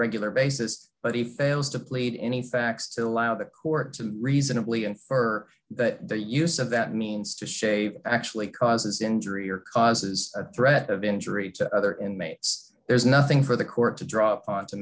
regular basis but he fails to plead any facts to allow the court to reasonably infer that the use of that means to shape actually causes injury or causes a threat of injury to other inmates there's nothing for the court to draw upon to